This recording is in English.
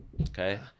okay